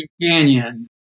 Canyon